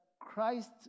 Christ